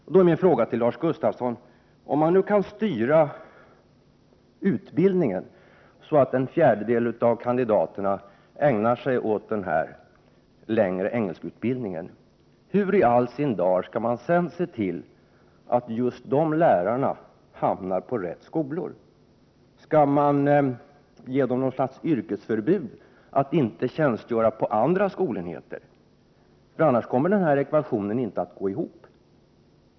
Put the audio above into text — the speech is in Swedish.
Då blir min fråga till Lars Gustafsson: Om man nu kan styra utbildningen så, att en fjärdedel av kandidaterna ägnar sig åt denna längre utbildning i engelska, hur i all sin dar skall man sedan kunna se till att just dessa lärare hamnar på de rätta skolorna? Skall man ge dem ett slags yrkesförbud, förbjuda dem att tjänstgöra på andra skolenheter? Annars kommer ju den här ekvationen inte att gå ihop.